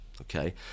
okay